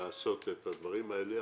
את הדברים האלה,